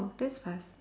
that's fast